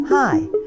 Hi